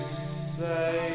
say